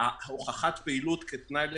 הוכחת פעילות כתנאי לתמיכה,